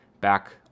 back